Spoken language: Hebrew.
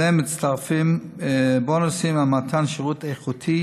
ואליהן מתווספים בונוסים על מתן שירות איכותי